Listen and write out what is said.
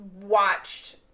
watched